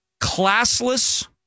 classless